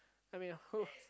I mean who